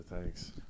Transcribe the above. thanks